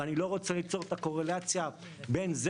ואני לא רוצה ליצור את הקורלציה בין זה